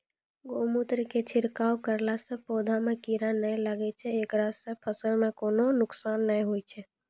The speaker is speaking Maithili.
गोमुत्र के छिड़काव करला से पौधा मे कीड़ा नैय लागै छै ऐकरा से फसल मे कोनो नुकसान नैय होय छै?